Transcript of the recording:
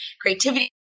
creativity